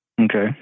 okay